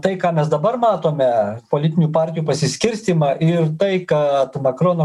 tai ką mes dabar matome politinių partijų pasiskirstymą ir tai kad makrono